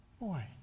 Boy